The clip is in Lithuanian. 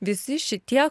visi šitie